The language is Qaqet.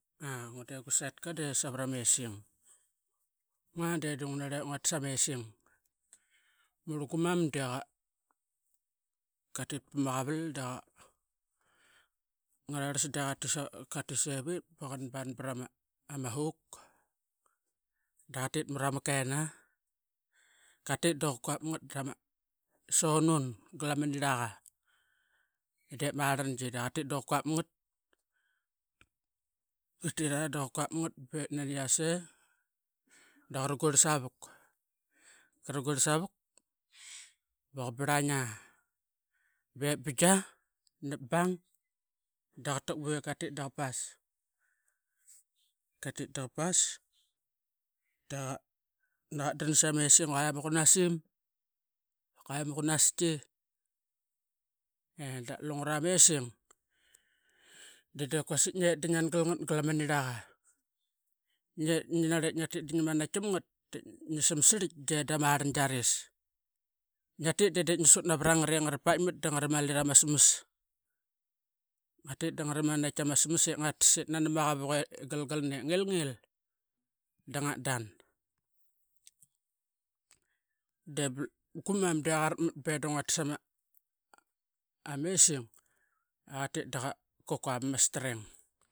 Ee ngua de gusetka de savarama essing ngua de dunga narep nguatas ana essing. Mur guman deqatit pama qaval daqa ngaras deqatit sevit ba qanban brama hoke. Da qatit marama kena katit daqa quap ngat sonun galama niraqa dep marangi daqatit daqa quap ngat katitra daqa quapngat bep naniase daqaruyer savuk. Qarguer savuk baqa barlanga bep bing a napbang daqa tak bu ip katit daqa pas, katit daqa pas. Daqa nin qatdan sama esing iquay ama qunasim dap kuai ama dap quas eh dap lungura. Messing dedip kuasik nget dingangalngat. Galama niraqa rangiaris niatit de dip nisut naverangot ingra pait mat dangaramali ramasamas. Ngatit dangramali ramasamas ip nani, ma qavuk i galgalna ip ngilngil dangat dan deblu gumam de qarakuat bet da ngatas amesing iqatit daqa quap ama string.